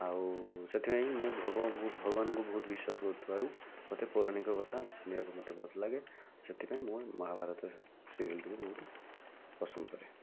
ଆଉ ସେଥିପାଇଁ ମୁଁ ଭଗବାନଙ୍କୁ ବହୁତ ବିଶ୍ୱାସ କରିଥିବାରୁ ମୋତେ ପୌରାଣିକ କଥା ଶୁଣିବାକୁ ମୋତେ ଭଲଲାଗେ ସେଥିପାଇଁ ମୁଁ ମହାଭାରତ ସିରିଏଲ୍ ଟିକୁ ବହୁତ ପସନ୍ଦ କରେ